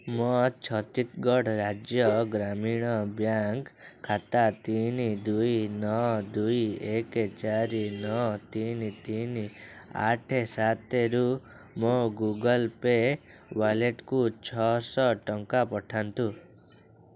ମୋ ଛତିଶଗଡ଼ ରାଜ୍ୟ ଗ୍ରାମୀଣ ବ୍ୟାଙ୍କ୍ ଖାତା ତିନି ଦୁଇ ନଅ ଦୁଇ ଏକେ ଚାରି ନଅ ତିନି ତିନି ଆଠ ସାତରୁ ମୋ ଗୁଗଲ୍ ପେ ୱାଲେଟ୍କୁ ଛଅଶହ ଟଙ୍କା ପଠାନ୍ତୁ